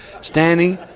Standing